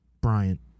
Bryant